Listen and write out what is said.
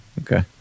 Okay